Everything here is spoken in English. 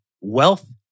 wealth